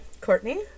courtney